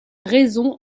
raison